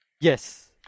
yes